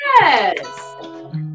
Yes